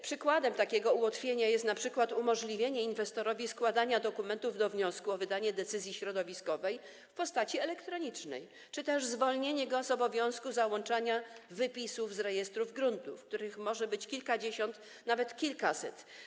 Przykładem takiego ułatwienia jest np. umożliwienie inwestorowi składania dokumentów do wniosku o wydanie decyzji środowiskowej w postaci elektronicznej czy też zwolnienie go z obowiązku załączania wypisów z rejestrów gruntów, których może być kilkadziesiąt, nawet kilkaset.